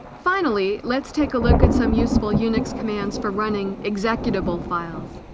finally let's take a look at some useful unix commands for running executable files